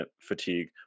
fatigue